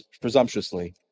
presumptuously